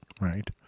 right